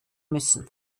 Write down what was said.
müssen